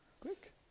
Quick